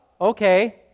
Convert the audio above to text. okay